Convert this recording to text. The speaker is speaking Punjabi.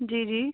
ਜੀ ਜੀ